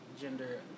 gender